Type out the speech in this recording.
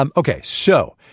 um ok, so